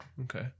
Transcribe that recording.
okay